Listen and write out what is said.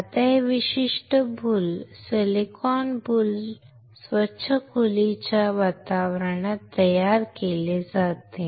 आता हे विशिष्ट बुल सिलिकॉन बुल स्वच्छ खोलीच्या वातावरणात तयार केले जाते